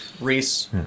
Reese